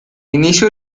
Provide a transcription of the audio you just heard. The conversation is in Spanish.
inicio